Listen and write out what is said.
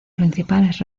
principales